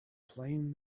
playing